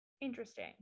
Interesting